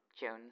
Jones